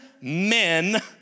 men